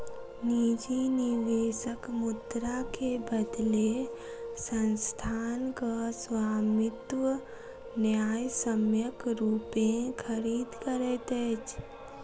निजी निवेशक मुद्रा के बदले संस्थानक स्वामित्व न्यायसम्यक रूपेँ खरीद करैत अछि